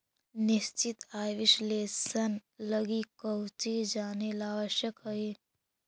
निश्चित आय विश्लेषण लगी कउची जानेला आवश्यक हइ?